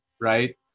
right